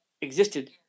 existed